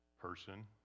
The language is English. person